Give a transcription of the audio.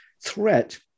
threat